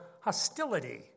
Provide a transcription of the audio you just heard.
hostility